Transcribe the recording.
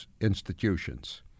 institutions